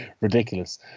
ridiculous